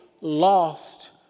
lost